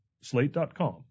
Slate.com